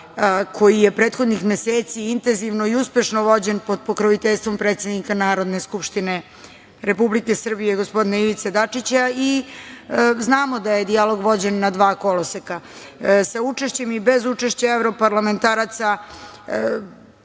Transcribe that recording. koji je prethodnih meseci intenzivno i uspešno vođen pod pokroviteljstvom predsednika Narodne skupštine Republike Srbije, gospodina Ivice Dačića. Znamo da je dijalog vođen na dva koloseka, sa učešćem i bez učešća evroparlamentaraca,